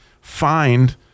find